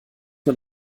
man